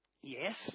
Yes